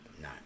no